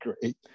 great